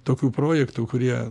tokių projektų kurie